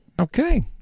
Okay